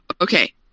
okay